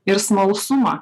ir smalsumą